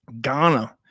Ghana